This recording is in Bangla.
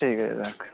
ঠিক আছে রাখ